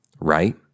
right